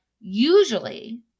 usually